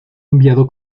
enviado